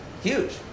Huge